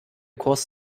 kurs